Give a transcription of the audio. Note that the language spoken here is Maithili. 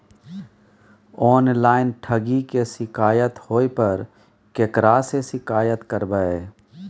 ऑनलाइन ठगी के शिकार होय पर केकरा से शिकायत करबै?